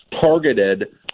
targeted